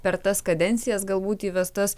per tas kadencijas galbūt įvestas